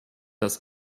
das